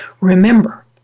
Remember